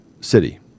city